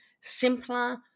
simpler